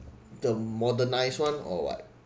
the modernised one or what